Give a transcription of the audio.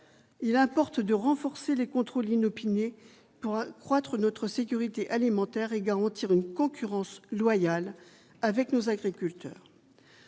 il importe de renforcer les contrôles inopinés pour accroître notre sécurité alimentaire et garantir une concurrence loyale avec nos agriculteurs,